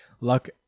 Luck